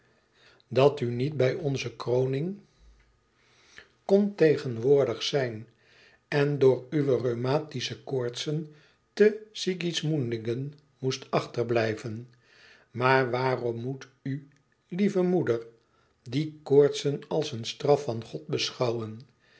dat u niet bij onze kroning kon tegenwoordig zijn en door uwe rheumatische koortsen te sigismundingen moest achterblijven maar waarom moet u lieve moeder die koortsen als een straf van god beschouwen